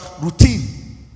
Routine